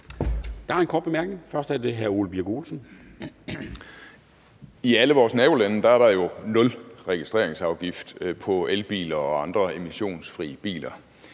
er det hr. Ole Birk Olesen. Kl. 12:11 Ole Birk Olesen (LA): I alle vores nabolande er der jo nul registreringsafgift på elbiler og andre emissionsfrie biler,